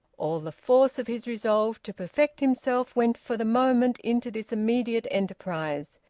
all the force of his resolve to perfect himself went for the moment into this immediate enterprise,